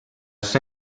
sua